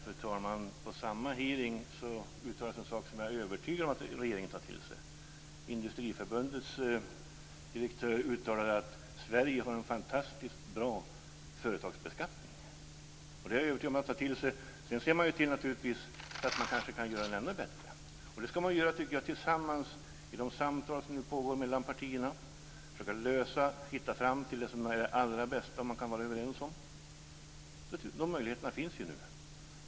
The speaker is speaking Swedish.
Fru talman! På samma hearing uttalades en sak som jag är övertygad om att regeringen tar till sig. Industriförbundets direktör uttalade att Sverige har en fantastiskt bra företagsbeskattning, vilket jag är övertygad om att man tar till sig. Sedan ser man naturligtvis till att man kanske kan göra den ännu bättre. Det tycker jag att man skall göra tillsammans i de samtal som nu pågår mellan partierna och försöka hitta fram till det som är det allra bästa som man kan vara överens om. Dessa möjligheter finns ju nu.